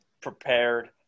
prepared